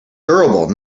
durable